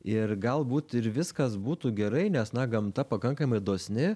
ir galbūt ir viskas būtų gerai nes na gamta pakankamai dosni